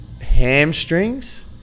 hamstrings